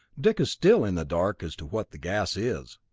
dick is still in the dark as to what the gas is.